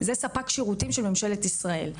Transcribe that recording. זה ספק שירותים של ממשלת ישראל,